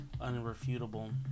unrefutable